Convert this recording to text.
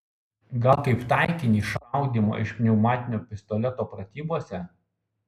gal kaip taikinį šaudymo iš pneumatinio pistoleto pratybose